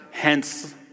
Hence